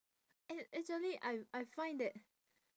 a~ actually I I find that